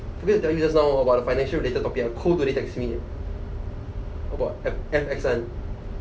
forget to tell you just now hor about the financial related topic ah cole today text me ah about